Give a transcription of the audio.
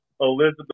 Elizabeth